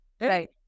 Right